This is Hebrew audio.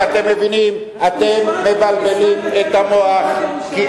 אנחנו נשקול את תוכנית ישראל ביתנו לחלוקת ירושלים.